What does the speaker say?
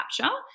capture